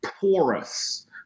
porous